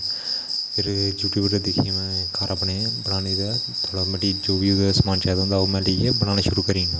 फिर यूट्यूव उपरा दिक्खियै में घार अपने बनाने दा थोह्डा मटीरियल समान चाहिदा होंदा में लेइयै बनाना शुरु करी ओड़ना